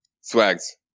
Swags